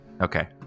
okay